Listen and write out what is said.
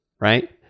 right